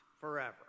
forever